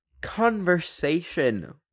conversation